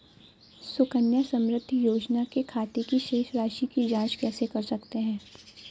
सुकन्या समृद्धि योजना के खाते की शेष राशि की जाँच कैसे कर सकते हैं?